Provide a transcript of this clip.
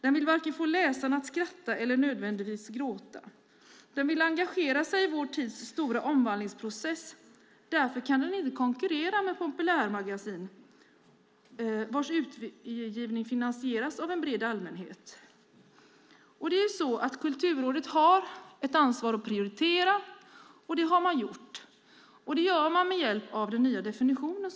Den vill inte få läsarna att vare sig skratta eller nödvändigtvis gråta. Den vill engagera sig i vår tids stora omvandlingsprocess. Därför kan den inte konkurrera med populärmagasin vars utgivning finansieras av en bred allmänhet. Kulturrådet har ett ansvar att prioritera - och det har man gjort. Det gör man med hjälp av den nya definitionen.